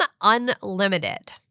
Unlimited